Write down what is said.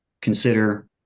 consider